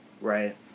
Right